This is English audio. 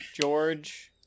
George